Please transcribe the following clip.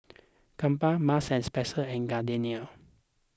Kappa Marks and Spencer and Gardenia